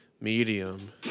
medium